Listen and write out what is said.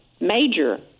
major